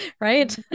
right